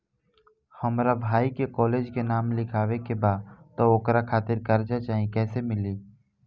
हमरा भाई के कॉलेज मे नाम लिखावे के बा त ओकरा खातिर कर्जा चाही कैसे मिली?